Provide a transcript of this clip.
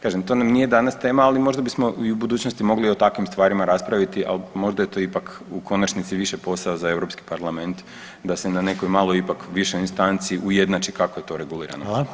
Kažem to nam nije danas tema, ali možda bismo i u budućnosti mogli i o takvim stvarima raspraviti, ali možda je to ipak u konačnici više posao za Europski parlament da se na nekoj malo ipak višoj instanci ujednači kako je to regulirano.